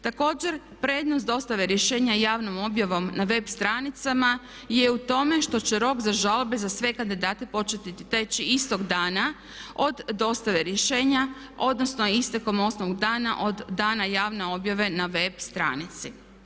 Također prednost dostave rješenja javnom objavom na web stranicama je u tome što će rok za žalbe za sve kandidate početi teći istog dana od dostave rješenja odnosno istekom od ostalog dana, od dana javne objave na web stranici.